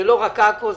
זה לא רק עכו,